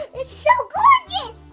it's so